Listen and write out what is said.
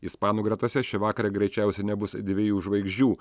ispanų gretose šį vakarą greičiausiai nebus dviejų žvaigždžių